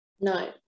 No